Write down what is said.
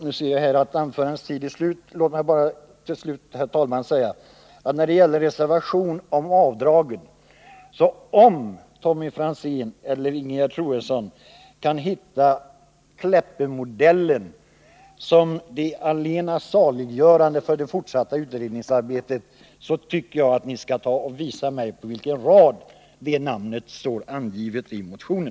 När det gäller reservationen om reformering av avdragssystemet ber jag Tommy Franzén eller Ingegerd Troedsson att tala om för mig var i reservationen eller motionen som det står att Kleppemodellen skulle vara det allena saliggörande för det fortsatta utredningsarbetet.